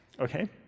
Okay